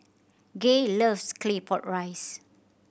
Gay loves Claypot Rice